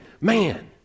Man